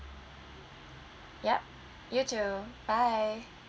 yup you too bye